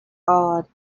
awed